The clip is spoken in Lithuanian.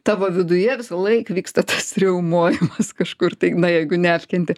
tavo viduje visąlaik vyksta tas riaumojimas kažkur tai na jeigu neapkenti